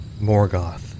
Morgoth